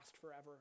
forever